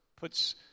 puts